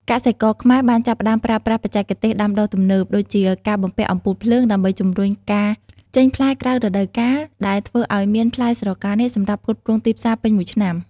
កសិករខ្មែរបានចាប់ផ្ដើមប្រើប្រាស់បច្ចេកទេសដាំដុះទំនើប ដូចជាការបំពាក់អំពូលភ្លើងដើម្បីជំរុញការចេញផ្លែក្រៅរដូវកាល ដែលធ្វើឱ្យមានផ្លែស្រកានាគសម្រាប់ផ្គត់ផ្គង់ទីផ្សារពេញមួយឆ្នាំ។